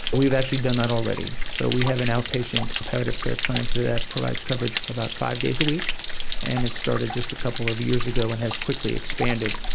we've actually done that already. so we have an outpatient palliative care clinic that provides coverage about five days a week and it started just a couple of years ago and has quickly expanded.